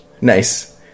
nice